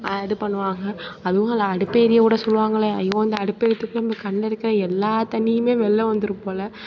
இது பண்ணுவாங்க அதுவும் அதில் அடுப்பு எரியுட சொல்வாங்களே ஐயோ அந்த அடுப்பு எரியறத்துக்குள்ள நம்ம கண்ணுருக்கே எல்லா தண்ணியுமே வெளியில் வந்துடும் போல